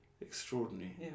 Extraordinary